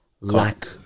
lack